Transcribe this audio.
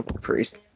priest